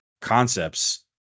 concepts